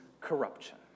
corruption